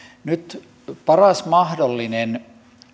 nythän paras mahdollinen